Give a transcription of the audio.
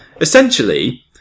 essentially